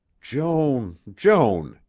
joan, joan,